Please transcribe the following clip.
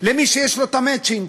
למי שיש לו המצ'ינג,